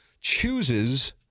chooses